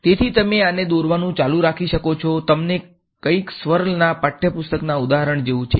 તેથી તમે આને દોરવાનું ચાલુ રાખી શકો છો તમને કંઈક સ્વર્લ ના પાઠયપુસ્તક ના ઉદાહરણ જેવુ છે